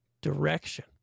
direction